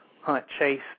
hunt-chase